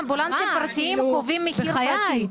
אמבולנסים פרטיים גובים מחיר פרטי.